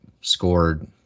scored